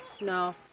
No